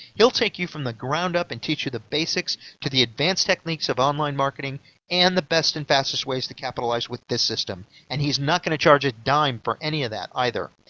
he'll take you from the ground up and teach you the basics to the advanced techniques of online marketing and the best and fastest ways to capitalize with this system, and he is not gonna charge a dime for any of that either.